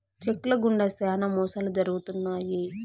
check ల గుండా శ్యానా మోసాలు జరుగుతున్నాయి